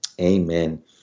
amen